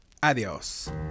Adiós